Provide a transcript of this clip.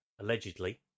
allegedly